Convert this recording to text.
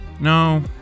No